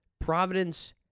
Providence